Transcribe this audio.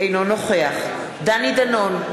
אינו נוכח דני דנון,